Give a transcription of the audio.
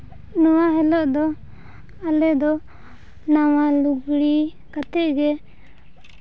ᱱᱚᱣᱟ ᱦᱤᱞᱳᱜ ᱫᱚ ᱟᱞᱮ ᱫᱚ ᱱᱟᱣᱟ ᱞᱩᱜᱽᱲᱤᱡ ᱠᱟᱛᱮᱫ ᱜᱮ